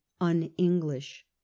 un-English